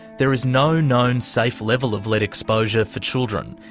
there is no known safe level of lead exposure for children.